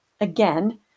Again